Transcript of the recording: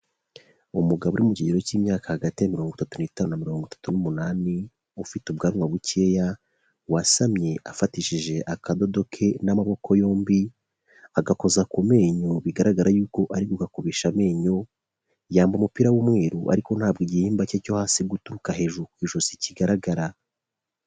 Umugabo uri mu kigero cy'imyaka hagati ya mirongo itatu n'itanu na mirongo itatu n'umunani ufite ubwanwa bukeya wasamye afatishije akadodo ke n'amaboko yombi agakoza ku menyo bigaragara yuko ari ugakubisha amenyo, yambaye umupira w'umweru ariko ntabwo igihimba cye cyo hasi guturuka hejuru ku ijosi kigaragara.